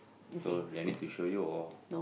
so do I need to show you or